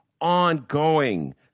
ongoing